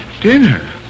Dinner